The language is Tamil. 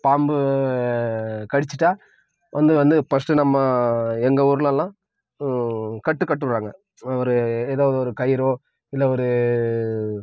பாம்பு கடிச்சிட்டால் வந்து வந்து ஃபர்ஸ்ட்டு நம்ம எங்க ஊர்லலாம் கட்டு கட்டுவாங்கள் ஒரு ஏதாவது ஒரு கயிறோ இல்லை ஒரு